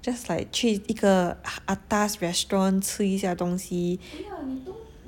just like 去一个 atas restaurant 吃一下东西